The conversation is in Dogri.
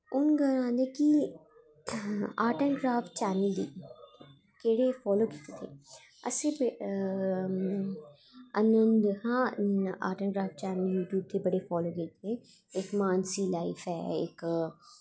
हून गल्ल आंदी ऐ कि आर्ट एंड क्राफ्ट चैनल दी केह्ड़े फॉलो कीते असें ना अननोन हां art and craft channel YouTube ते बड़े फॉलो कीते दे इक मानसी लाइफ ऐ इक